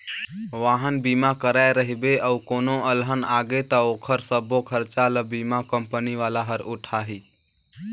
वाहन बीमा कराए रहिबे अउ कोनो अलहन आगे त ओखर सबो खरचा ल बीमा कंपनी वाला हर उठाही